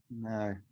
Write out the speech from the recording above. no